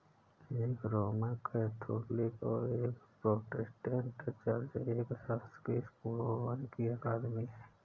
एक Roman Catholic और एक प्रोटेस्टेंट चर्च, एक शास्त्रीय स्कूल और वानिकी अकादमी है